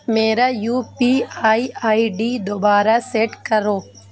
میرا UPI ID دوبارہ set کرو